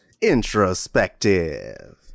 introspective